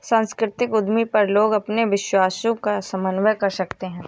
सांस्कृतिक उद्यमी पर लोग अपने विश्वासों का समन्वय कर सकते है